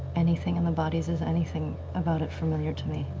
anything on the bodies? is anything about it familiar to me?